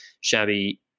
Shabby